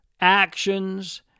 actions